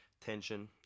Tension